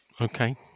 Okay